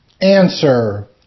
Answer